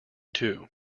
two